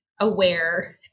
Aware